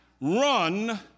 run